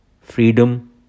freedom